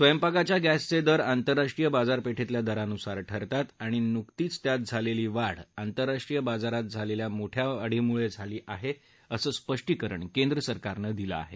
स्वयंपाकाच्या गॅसचे दर आंतरराष्ट्रीय बाजारपेठेतल्या दरानुसार ठरतात आणि नुकतीच त्यात झालेली वाढ आंतरराष्ट्रीय बाजारात झालेल्या मोठ्या दरवाढीमुळे झाली आहे असं स्पष्टीकरण केंद्र सरकारनं दिलं आहे